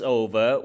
over